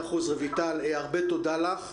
רויטל, הרבה תודה לך.